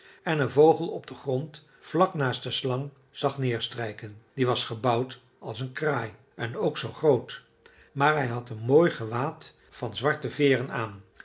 en een vogel op den grond vlak naast de slang zag neerstijken die was gebouwd als een kraai en ook zoo groot maar hij had een mooi gewaad van zwarte veeren aan